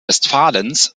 westfalens